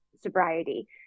sobriety